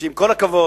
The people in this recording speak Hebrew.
שעם כל הכבוד